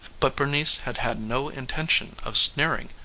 but bernice had had no intention of sneering.